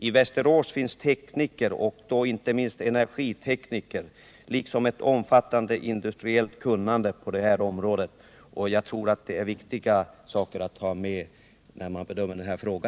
I Västerås finns tekniker, inte minst energitekniker, liksom ett omfattande industriellt kunnande på detta område, och jag tror att det är viktiga saker att ta hänsyn till när man bedömer denna